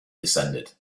descended